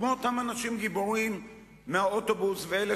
כמו אותם אנשים גיבורים מהאוטובוס ואלה